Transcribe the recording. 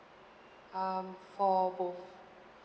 um for both